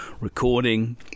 recording